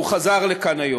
והוא חזר לכאן היום.